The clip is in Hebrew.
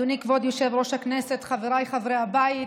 אדוני כבוד יושב-ראש הכנסת, חבריי חברי הבית,